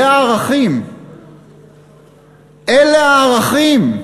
זה הערכים.